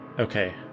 Okay